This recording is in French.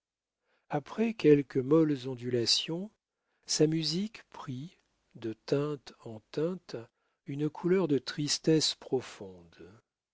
après quelques molles ondulations sa musique prit de teinte en teinte une couleur de tristesse profonde